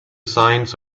signs